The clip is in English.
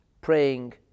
praying